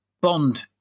Bond